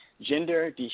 gender